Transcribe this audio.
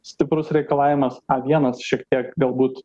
stiprus reikalavimas a vienas šiek tiek galbūt